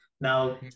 Now